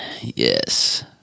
Yes